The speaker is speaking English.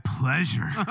pleasure